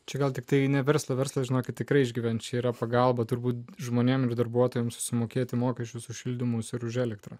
čia gal tiktai ne verslo verslo žinokit tikrai išgyvens čia yra pagalba turbūt žmonėms ir darbuotojams sumokėti mokesčius už šildymus ir už elektrą